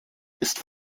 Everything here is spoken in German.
ist